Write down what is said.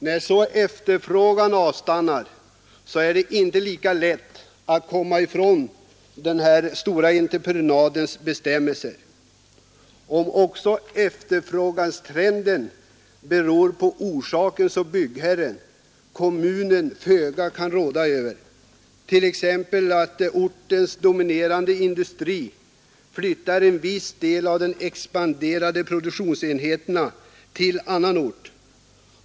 När så efterfrågan avstannar, är det inte lika lätt att komma ifrån den stora entreprenadens bestämmelser, om också efterfrågetrenden har orsaker som byggherren, kommunen, föga kan råda över, t.ex. att ortens dominerande industri flyttar en del av de expanderande produktionsenheterna till annan ort.